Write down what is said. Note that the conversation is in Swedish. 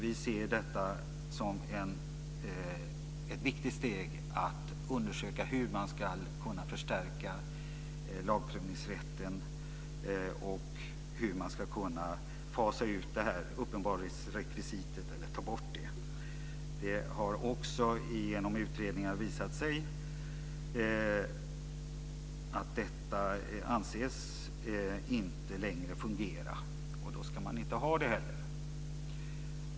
Vi ser det som ett viktigt steg att undersöka hur man ska kunna förstärka lagprövningsrätten och fasa ut eller ta bort uppenbarhetsrekvisitet. Det har genom utredningar visat sig att det inte längre anses fungera. Då ska man inte heller ha det.